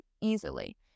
easily